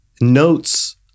notes